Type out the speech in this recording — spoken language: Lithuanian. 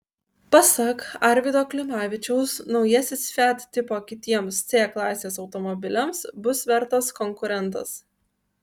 pasak arvydo klimavičiaus naujasis fiat tipo kitiems c klasės automobiliams bus vertas konkurentas